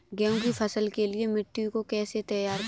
गेहूँ की फसल के लिए मिट्टी को कैसे तैयार करें?